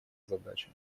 задача